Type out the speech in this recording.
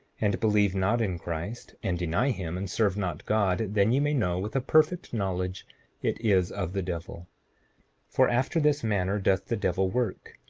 and believe not in christ, and deny him, and serve not god, then ye may know with a perfect knowledge it is of the devil for after this manner doth the devil work,